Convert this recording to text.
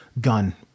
Gun